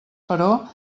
però